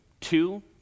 two